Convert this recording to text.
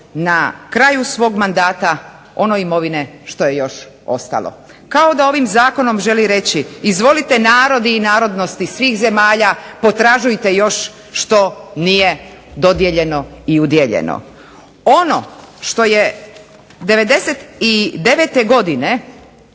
na kraju svog mandata ono imovine što je još ostalo. Kao da ovim zakonom želi reći izvolite narodi i narodnosti svih zemalja potražujte još što nije dodijeljeno i udijeljeno. Ono što je '99. godine